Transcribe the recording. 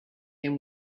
him